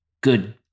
Good